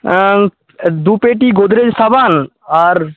দু পেটি গোদরেজ সাবান আর